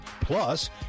Plus